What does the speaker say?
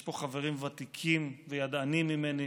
יש פה חברים ותיקים וידענים ממני,